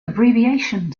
abbreviation